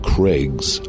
Craig's